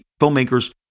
filmmakers